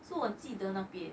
so 我记得那边